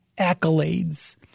accolades